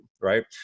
right